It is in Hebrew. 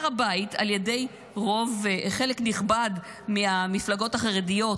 הר הבית, על פי חלק נכבד מהמפלגות החרדיות,